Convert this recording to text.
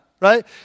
right